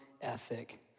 ethic